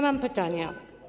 Mam pytania.